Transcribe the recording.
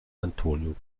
antonio